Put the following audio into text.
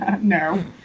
no